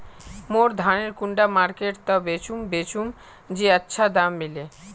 मोर धानेर कुंडा मार्केट त बेचुम बेचुम जे अच्छा दाम मिले?